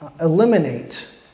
eliminate